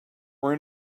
were